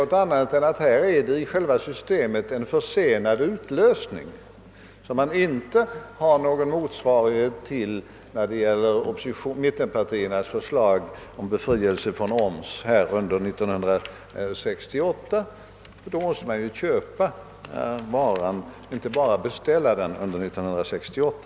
Jag kan inte finna annat än att själ va systemet medför en försenad utlösning, som inte har någon motsvarighet när det gäller mittenpartiernas förslag om befrielse från oms under andra halvåret 1968. Då köper man ju varan — inte bara beställer den — under 1968.